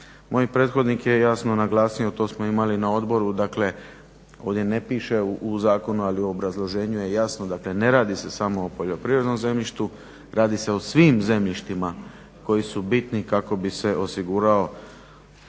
moj prethodnik je jasno naglasio, to smo imali na odboru, dakle ovdje ne piše u zakonu ali u obrazloženju je jasno. Dakle, ne radi se samo o poljoprivrednom zemljištu, radi se o svim zemljištima koja su bitna kako bi se osigurao